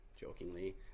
jokingly